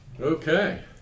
Okay